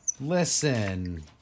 Listen